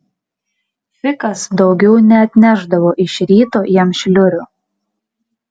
fikas daugiau neatnešdavo iš ryto jam šliurių